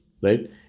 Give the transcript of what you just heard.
Right